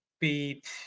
Beat